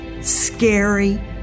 scary